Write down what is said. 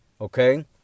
okay